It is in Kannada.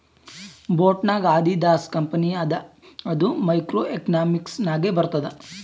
ಬೋಟ್ ನಾಗ್ ಆದಿದಾಸ್ ಕಂಪನಿ ಅದ ಅದು ಮೈಕ್ರೋ ಎಕನಾಮಿಕ್ಸ್ ನಾಗೆ ಬರ್ತುದ್